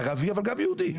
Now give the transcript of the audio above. ערבי אבל גם יהודי.